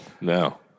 no